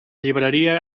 llibreria